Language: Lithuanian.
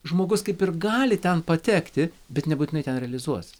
žmogus kaip ir gali ten patekti bet nebūtinai ten realizuosis